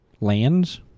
Lands